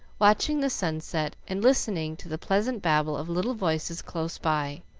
watching the sunset and listening to the pleasant babble of little voices close by.